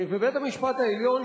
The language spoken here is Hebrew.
ובית-המשפט העליון,